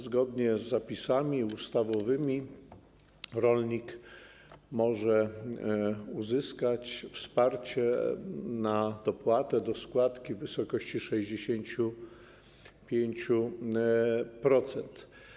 Zgodnie z zapisami ustawowymi rolnik może uzyskać wsparcie na dopłatę do składki w wysokości 65%.